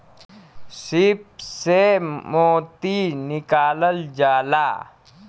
सीप से मोती निकालल जाला